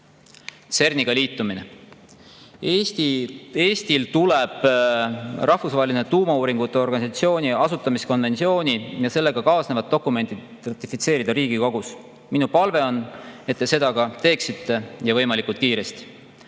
CERN-iga liitumine. Eestil tuleb Rahvusvahelise Tuumauuringute Organisatsiooni asutamise konventsioon ja sellega kaasnevad dokumendid ratifitseerida Riigikogus. Minu palve on, et te seda ka teeksite, ja võimalikult kiiresti.